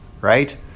right